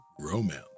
Romance